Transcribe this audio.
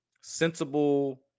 sensible